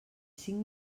cinc